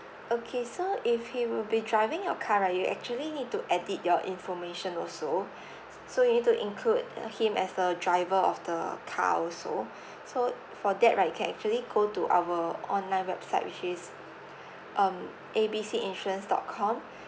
okay so if he will be driving your car right you actually need to edit your information also so you need to include him as a driver of the car also so for that right you can actually go to our online website which is um A B C insurance dot com